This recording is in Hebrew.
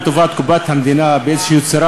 לטובת קופת המדינה באיזו צורה,